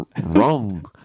Wrong